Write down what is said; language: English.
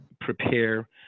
prepare